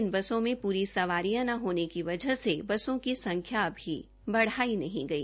इन बसों में पूरी सवारियां न होने की वजह से बसों की संख्या अभी बढ़ाई नहीं गई